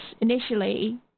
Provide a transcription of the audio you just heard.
initially